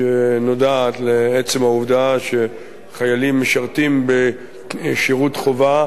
שנודעת לעצם העובדה שחיילים משרתים בשירות חובה,